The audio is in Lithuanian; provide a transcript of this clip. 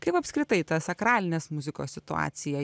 kaip apskritai ta sakralinės muzikos situacija